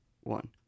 one